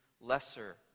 Lesser